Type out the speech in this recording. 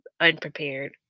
unprepared